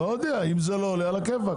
אם זה לא עולה, על הכיפאק.